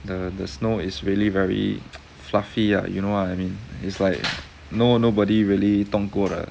the the snow is really very fluffy ah you know what I mean it's like know nobody really 动过的